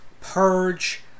purge